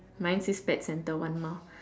mine said pet centre one mile